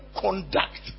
conduct